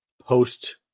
post